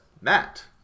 Matt